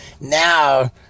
Now